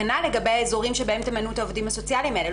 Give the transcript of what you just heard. כנ"ל לגבי האזורים שבהם תמנו את העובדים הסוציאליים האלה.